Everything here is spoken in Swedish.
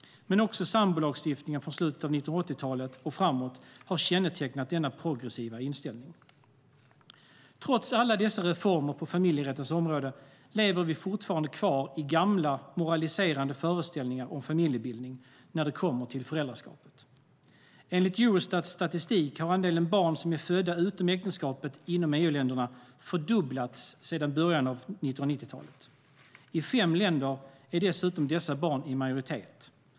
Också sambolagstiftningen från slutet av 1980-talet och framåt har kännetecknat denna progressiva inställning. Trots alla dessa reformer på familjerättens område lever vi fortfarande kvar i gamla moraliserande föreställningar om familjebildning när det kommer till föräldraskapet. Enligt Eurostats statistik har andelen barn som är födda utom äktenskapet inom EU-länderna fördubblats sedan början av 1990-talet. I fem länder är dessa barn i majoritet.